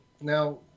Now